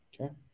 Okay